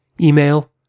Email